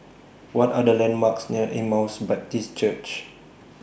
What Are The landmarks near Emmaus Baptist Church